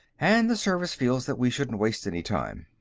and the service feels that we shouldn't waste any time.